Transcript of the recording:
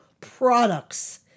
products